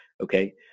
okay